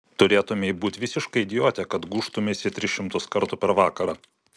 turėtumei būti visiška idiote kad gūžtumeisi tris šimtus kartų per vakarą